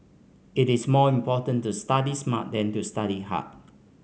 it is more important to study smart than to study hard